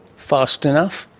fast enough?